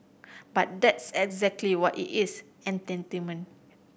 but that's exactly what it is entertainment